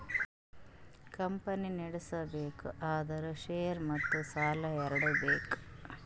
company ನಡುಸ್ಬೆಕ್ ಅಂದುರ್ share ಮತ್ತ ಸಾಲಾ ಎರಡು ಬೇಕ್